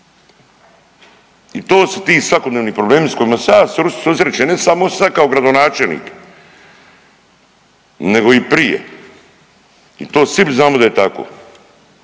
I to su ti svakodnevni problemi s kojima se ja susrećem, ne samo sad kao gradonačelnik nego i prije. I to svi znamo da je tako,